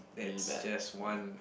that's just one